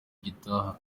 gitaha